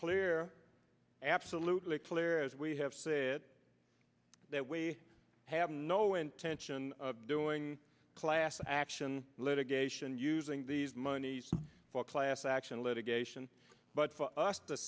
clear absolutely clear as we have said that we have no intention of doing class action litigation using these monies for class action litigation but for us to